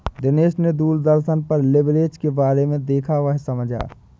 दिनेश ने दूरदर्शन पर लिवरेज के बारे में देखा वह समझा